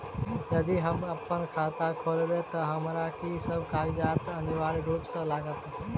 यदि हम अप्पन खाता खोलेबै तऽ हमरा की सब कागजात अनिवार्य रूप सँ लागत?